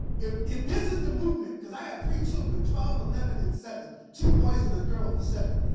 if if this is the movement, because i have three children twelve, eleven, and seven two boys and a girl, who's seven.